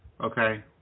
okay